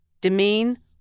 demean